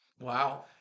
Wow